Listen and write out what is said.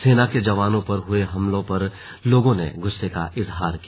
सेना के जवानों पर हुए हमले पर लोगों ने गुस्से का इजहार किया